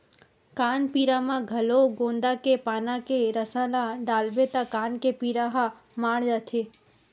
कान पीरा म घलो गोंदा के पाना के रसा ल डालबे त कान के पीरा ह माड़ जाथे